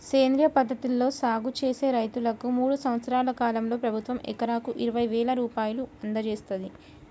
సేంద్రియ పద్ధతిలో సాగు చేసే రైతన్నలకు మూడు సంవత్సరాల కాలంలో ప్రభుత్వం ఎకరాకు ఇరవై వేల రూపాయలు అందజేత్తంది